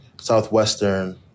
southwestern